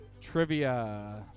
trivia